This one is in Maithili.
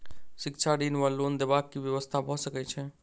शिक्षा ऋण वा लोन देबाक की व्यवस्था भऽ सकै छै?